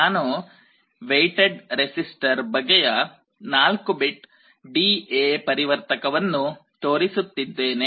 ನಾನು weighted resistor ಬಗೆಯ 4 bit DA ಪರಿವರ್ತಕವನ್ನು ತೋರಿಸುತ್ತಿದ್ದೇನೆ